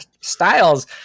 styles